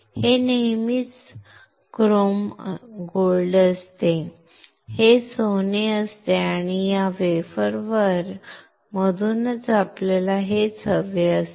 हे नेहमीच क्रोम सोने असते हे सोने असते आणि या वेफरमधून आपल्याला हेच हवे असते